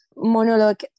Monologue